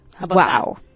Wow